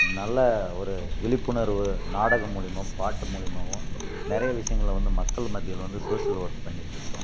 நல்லா ஒரு விழிப்புணர்வு நாடகம் மூலிமாவும் பாட்டு மூலிமாவும் நிறைய விஷயங்கள வந்து மக்கள் மத்தியில் வந்து சோசியல் ஒர்க் பண்ணிகிட்டுருக்கோம்